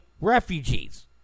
refugees